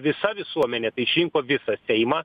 visa visuomenė tai išrinko visą seimą